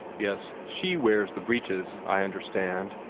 yes she wears the breeches, i understand,